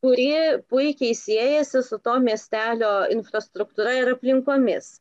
kuri puikiai siejasi su to miestelio infrastruktūra ir aplinkomis